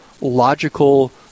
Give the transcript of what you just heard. logical